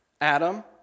Adam